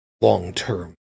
long-term